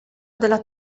della